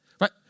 right